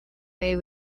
may